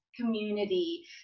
community